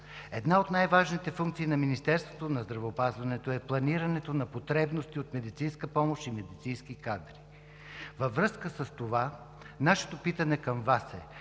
Една от най-важните функции на Министерството на здравеопазването е планирането на потребностите от медицинска помощ и медицински кадри. Във връзка с това нашето питане към Вас е: